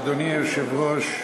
אדוני היושב-ראש,